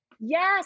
Yes